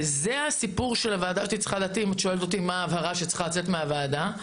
וזו לדעתי ההבהרה שצריכה לצאת מהוועדה.